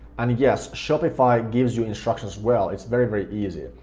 and, yes, shopify gives you instruction as well, it's very, very easy.